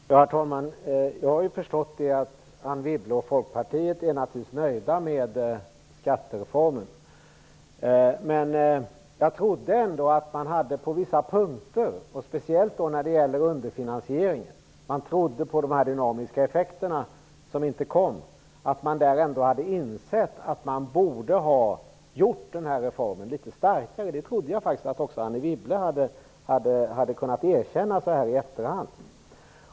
Herr talman! Jag har förstått att Anne Wibble och Folkpartiet är nöjda med skattereformen. Men jag trodde ändå att man på vissa punkter speciellt när det gäller underfinansieringen och de dynamiska effekterna som inte kom - hade insett att man borde ha gjort reformen litet starkare. Det trodde jag faktiskt att Anne Wibble hade kunnat erkänna så här i efterhand.